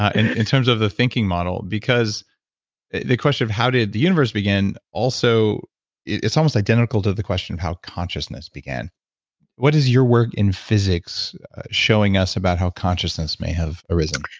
and in terms of the thinking model, because the question of how did the universe begin, also it's almost identical to the question of how consciousness began what is your work in physics showing us about how consciousness may have arisen?